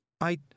I